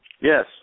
Yes